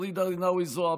ג'ידא רינאוי זועבי: